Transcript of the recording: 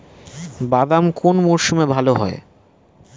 বাদাম কোন মরশুমে ভাল হয়?